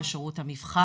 הרווחה, ושירות המבחן.